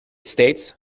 states